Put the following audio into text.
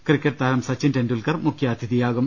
cricket താരം സച്ചിൻ ടെണ്ടുൽക്കർ മുഖ്യാതിഥിയാകും